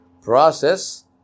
process